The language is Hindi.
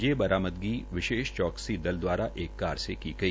ये बरामदी विशेष चौकसी दल दवारा एक कार से की गई